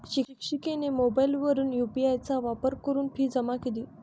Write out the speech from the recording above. शिक्षिकेने मोबाईलवरून यू.पी.आय चा वापर करून फी जमा केली